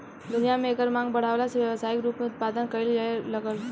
दुनिया में एकर मांग बाढ़ला से व्यावसायिक रूप से उत्पदान कईल जाए लागल